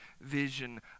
vision